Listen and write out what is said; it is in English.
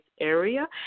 area